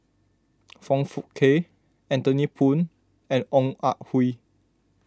Foong Fook Kay Anthony Poon and Ong Ah Hoi